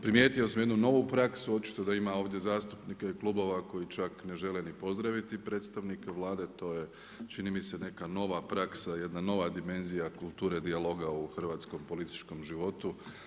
Primijetio sam jednu novu praksu, očito da ima ovdje zastupnika klubova koji čak ne žele ni pozdraviti predstavnika Vlade, a to je čini mi se neka nova praksa, jedna nova dimenzija kulture dijaloga u hrvatskom političkom životu.